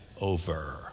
over